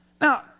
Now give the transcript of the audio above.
Now